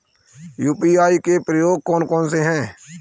UPI के उपयोग कौन कौन से हैं?